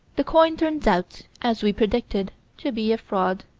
the coin turns out, as we predicted, to be a fraud.